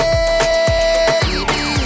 Baby